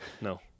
No